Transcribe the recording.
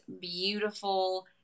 beautiful